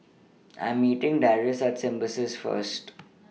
I Am meeting Darrius At Symbiosis First